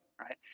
right